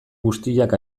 guztiak